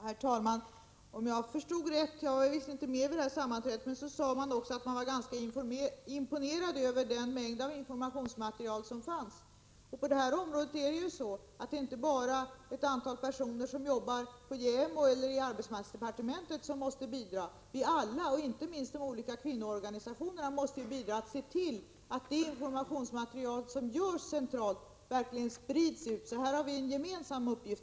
Herr talman! Om jag förstått det rätt — jag var inte med på det sammanträdet — var man ganska imponerad över den mängd informationsmaterial som finns. På detta område är det inte bara de personer som arbetar med JämO eller vid arbetsmarknadsdepartementet som måste bidra. Vi alla, inte minst de olika kvinnoorganisationerna, måste bidra och se till att det informationsmaterial som görs centralt verkligen sprids ut. Här har vi en gemensam uppgift.